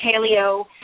paleo